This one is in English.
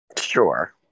Sure